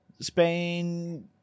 Spain